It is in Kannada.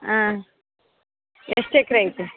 ಹಾಂ ಎಷ್ಟು ಎಕ್ರೆ ಐತೆ